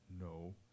No